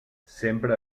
sempre